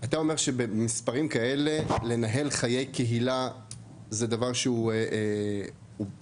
אתה אומר שבמספרים כאלה לנהל חיי קהילה זה דבר שהוא עובד?